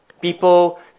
People